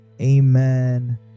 amen